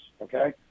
okay